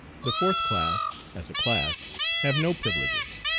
the fourth class as a class have no privileges.